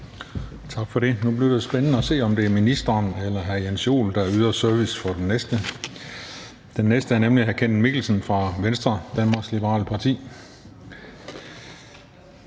Tak for det. Nu bliver det spændende at se, om det er ministeren eller hr. Jens Joel, der yder service for den næste. Den næste er nemlig hr. Kenneth Mikkelsen fra Venstre, Danmarks Liberale Parti.